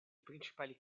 principali